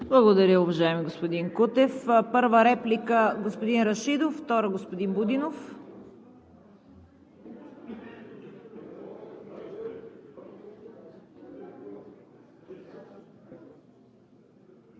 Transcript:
Благодаря, уважаеми господин Кутев. Първа реплика – господин Рашидов, втора – господин Будинов.